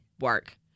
work